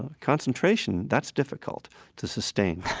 concentration, that's difficult to sustain,